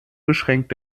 beschränkt